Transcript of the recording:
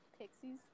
pixies